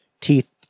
teeth